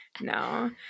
no